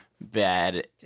Bad